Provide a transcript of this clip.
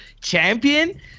champion